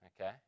Okay